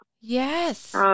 Yes